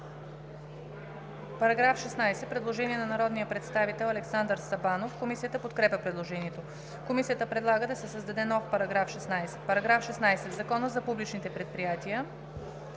По § 16 има предложение на народния представител Александър Сабанов. Комисията подкрепя предложението. Комисията предлага да се създаде нов § 16: „§ 16. В Закона за публичните предприятия